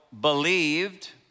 believed